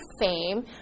fame